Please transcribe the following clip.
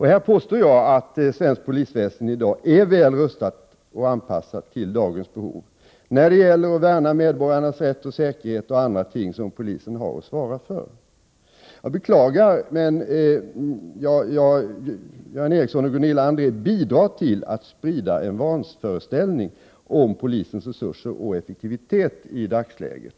Jag påstår att svenskt polisväsende är väl rustat och anpassat till dagens behov när det gäller att värna medborgarnas rätt och säkerhet och andra ting som polisen har att svara för. Det är beklagligt att Göran Ericsson och Gunilla André bidrar till att sprida en vanföreställning om polisens resurser och effektivitet i dagsläget.